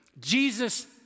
Jesus